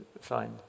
find